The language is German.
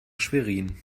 schwerin